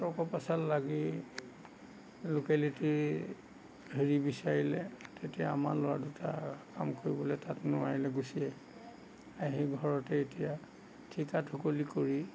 তৰ্ক পেচাল লাগি লোকেলিটিৰ হেৰি বিচাৰিলে তেতিয়া আমাৰ ল'ৰা দুটা কাম কৰিবলৈ তাত নোৱাৰিলে গুচি আহিল আহি ঘৰতে এতিয়া ঠিকা ঠুকলি কৰি